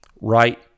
right